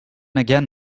again